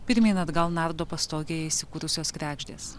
pirmyn atgal nardo pastogėje įsikūrusios kregždės